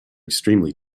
extremely